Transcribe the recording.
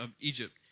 Egypt